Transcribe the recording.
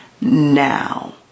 now